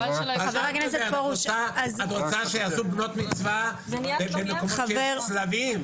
את רוצה שיעשו בנות מצווה במקומות שיש צלבים?